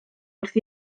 wrth